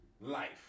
life